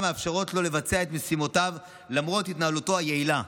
מאפשרות לו לבצע את משימותיו למרות התנהלותו היעילה.